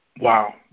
Wow